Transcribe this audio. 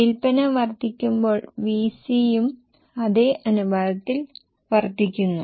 വിൽപ്പന വർദ്ധിക്കുമ്പോൾ VC യും അതേ അനുപാതത്തിൽ വർദ്ധിക്കുന്നു